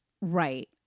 Right